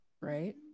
right